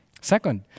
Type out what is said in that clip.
Second